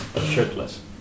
shirtless